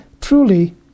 Truly